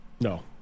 No